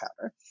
powder